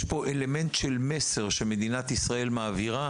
יש פה אלמנט של מסר שמדינת ישראל מעבירה